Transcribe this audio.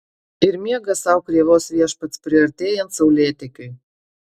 ir miega sau krėvos viešpats priartėjant saulėtekiui